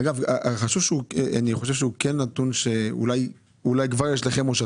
אני חושב שנתון שאולי כבר יש לכם או שהוא